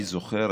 אני זוכר.